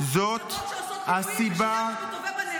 מפלגות שעושות מילואים ושולחות את טובי בניהן.